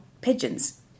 pigeons